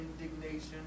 indignation